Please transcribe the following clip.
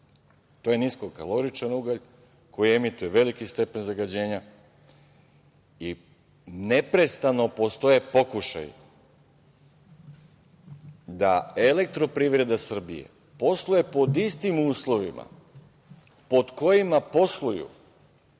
To je niskokaloričan ugalj koji emituje veliki stepen zagađenja i neprestano postoje pokušaji da EPS posluje pod istim uslovima pod kojima posluju